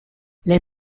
les